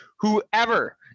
Whoever